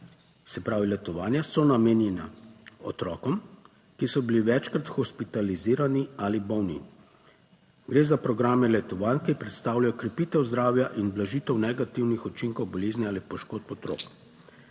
se pravi letovanja, so namenjena otrokom, ki so bili večkrat hospitalizirani ali bolni. Gre za programe letovanj, ki predstavljajo krepitev zdravja in blažitev negativnih učinkov bolezni ali poškodb otrok.